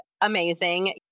amazing